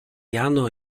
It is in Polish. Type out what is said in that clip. jano